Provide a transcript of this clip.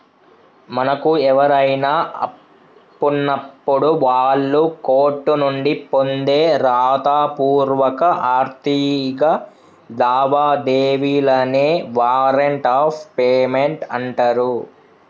మనకు ఎవరైనా అప్పున్నప్పుడు వాళ్ళు కోర్టు నుండి పొందే రాతపూర్వక ఆర్థిక లావాదేవీలనే వారెంట్ ఆఫ్ పేమెంట్ అంటరు